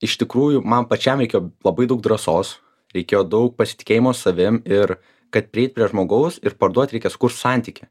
iš tikrųjų man pačiam reikėjo labai daug drąsos reikėjo daug pasitikėjimo savim ir kad prieit prie žmogaus ir parduot reikia sukurt santykį